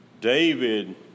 David